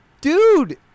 dude